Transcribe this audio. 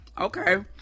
Okay